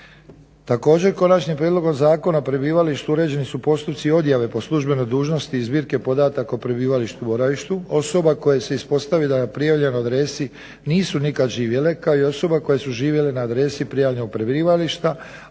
Također, konačnim prijedlogom zakona o prebivalištu uređeni su postupci odjave po službenoj dužnosti iz zbirke podataka o prebivalištu i boravištu osoba koje se ispostavi da na prijavljenoj adresi nisu nikad živjele kao i osobe koje su živjele na adresi prijavljenog prebivališta